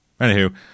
Anywho